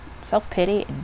self-pity